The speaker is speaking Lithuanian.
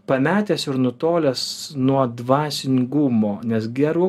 pametęs ir nutolęs nuo dvasingumo nes geru